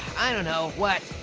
i don't know, what?